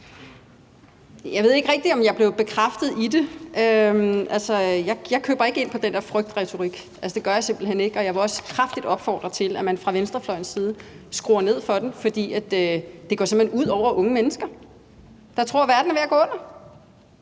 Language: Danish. Jeg ved ikke rigtig, om jeg blev bekræftet i det. Altså, jeg køber ikke ind på den der frygtretorik, det gør jeg simpelt hen ikke, og jeg vil også kraftigt opfordre til, at man fra venstrefløjens side skruer ned for den, for det går simpelt hen ud over unge mennesker, der tror, at verden er ved at gå under.